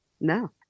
No